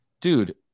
dude